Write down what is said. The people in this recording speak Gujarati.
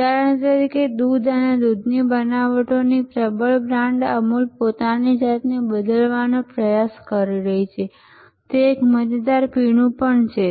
ઉદાહરણ તરીકે દૂધ અને દૂધની બનાવટોની પ્રબળ બ્રાન્ડ અમૂલ પોતાની જાતને બદલવાનો પ્રયાસ કરી રહી છે કે તે એક મજેદાર પીણું પણ છે